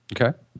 Okay